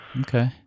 okay